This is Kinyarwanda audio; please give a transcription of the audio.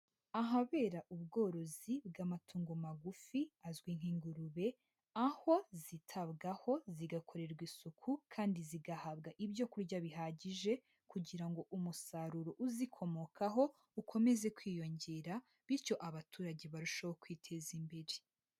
Ahabera ubworozi bw'amatungo magufi azwi nk'ingurube, aho zitabwaho zigakorerwa isuku kandi zigahabwa ibyokurya bihagije kugira ngo umusaruro uzikomokaho ukomeze kwiyongera, bityo abaturage barusheho kwiteza imbere.